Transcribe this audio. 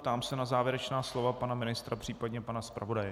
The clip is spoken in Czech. Ptám se na závěrečná slova pana ministra případně pana zpravodaje.